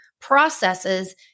processes